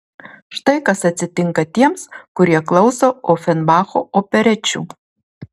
štai kas atsitinka tiems kurie klauso ofenbacho operečių